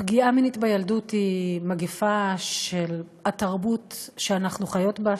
פגיעה מינית בילדות היא מגפה של התרבות שאנחנו חיות בה,